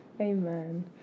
amen